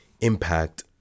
impact